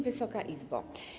Wysoka Izbo!